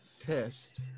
test